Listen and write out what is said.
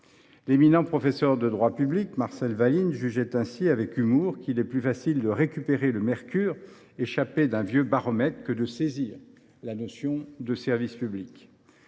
L’éminent professeur de droit public Marcel Waline jugeait ainsi avec humour qu’« il est plus facile de récupérer le mercure échappé d’un vieux baromètre que de saisir la notion de service public